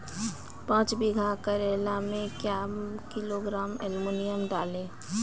पाँच बीघा करेला मे क्या किलोग्राम एलमुनियम डालें?